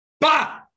bah